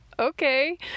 Okay